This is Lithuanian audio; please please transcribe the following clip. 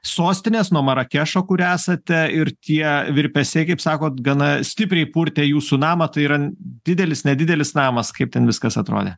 sostinės nuo marakešo kur esate ir tie virpesiai kaip sakot gana stipriai purtė jūsų namą tai yra didelis nedidelis namas kaip ten viskas atrodė